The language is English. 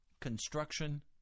construction